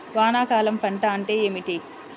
వానాకాలం పంట అంటే ఏమిటి?